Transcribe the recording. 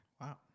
Wow